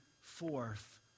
forth